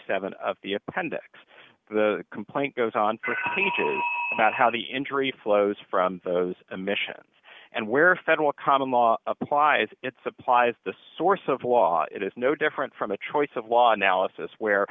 seven of the appendix the complaint goes on about how the injury flows from those missions and where federal common law applies it supplies the source of law it is no different from a choice of law analysis where